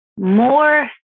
more